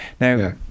Now